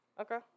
Okay